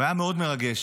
והיה מאוד מרגש.